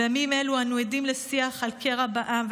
בימים אלו אנו עדים לשיח על קרע בעם,